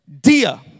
Dia